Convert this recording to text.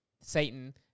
Satan